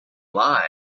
lie